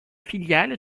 filiale